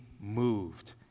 moved